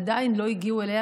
עדיין לא הגיעו לזה,